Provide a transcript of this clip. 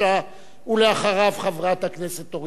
ואחריו, חברת הכנסת אורית זוארץ.